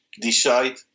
decide